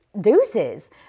deuces